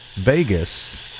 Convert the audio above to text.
Vegas